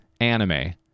anime